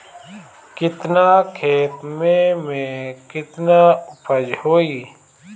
केतना खेत में में केतना उपज होई?